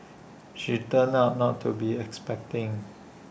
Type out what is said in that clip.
she turned out not to be expecting